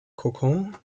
kokon